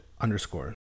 underscore